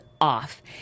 off